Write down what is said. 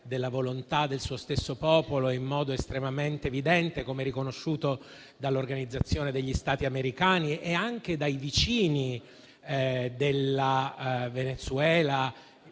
della volontà del suo stesso popolo in modo estremamente evidente, come riconosciuto dall'Organizzazione degli Stati americani e anche dai vicini del Venezuela: